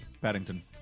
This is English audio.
Paddington